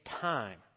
time